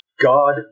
God